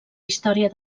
història